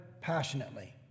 passionately